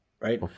Right